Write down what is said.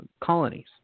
colonies